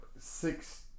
Six